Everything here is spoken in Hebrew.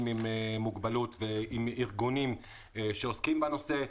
עם מוגבלות וארגונים שעוסקים בנושא,